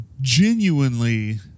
genuinely